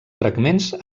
fragments